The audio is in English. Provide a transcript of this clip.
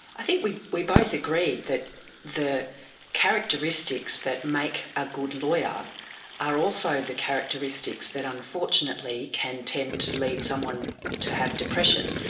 i think we we both agreed that the characteristics that make a good lawyer are also the characteristics that unfortunately can tend to lead someone to have depression.